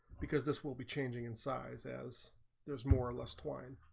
because this will be changing in size as there's more lost one